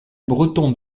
breton